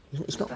it's not